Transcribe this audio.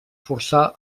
forçar